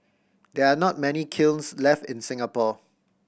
there are not many kilns left in Singapore